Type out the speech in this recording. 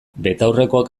betaurrekoak